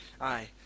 Aye